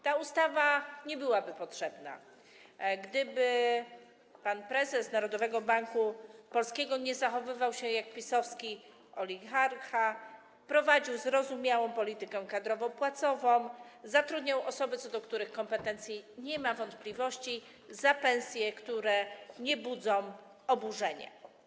Ta ustawa nie byłaby potrzebna, gdyby pan prezes Narodowego Banku Polskiego nie zachowywał się jak PiS-owski oligarcha, prowadził zrozumiałą politykę kadrowo-płacową, zatrudniał osoby, co do których kompetencji nie ma wątpliwości, za pensje, które nie budzą oburzenia.